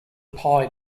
pie